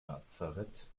lazarett